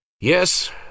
Yes